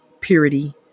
purity